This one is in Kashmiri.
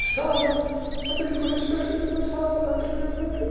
صابَن سۄ تُج ہُرِس پٮ۪ٹھ تہٕ دِژِس صابَن أنٛدرٕ نیٚبرٕ تہٕ